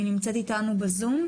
והיא נמצאת איתנו בזום.